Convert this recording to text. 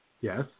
Yes